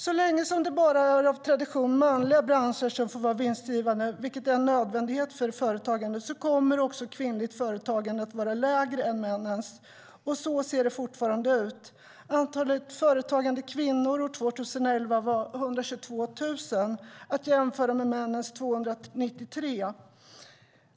Så länge det bara är av tradition manliga branscher som får vara vinstdrivande, vilket är en nödvändighet för företagande, kommer också kvinnligt företagande att vara lägre än männens. Så ser det fortfarande ut. Antalet företagande kvinnor år 2011 var 122 000, att jämföra med männens 293 000.